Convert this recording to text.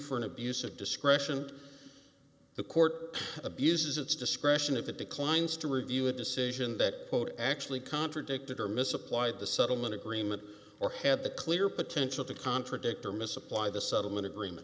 for an abuse of discretion the court abuses its discretion if it declines to review a decision that quote actually contradicted or misapplied the settlement agreement or had the clear potential to contradict or misapply the settlement agreement